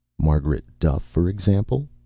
margaret duffe, for example?